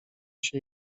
się